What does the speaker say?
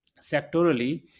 sectorally